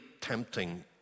tempting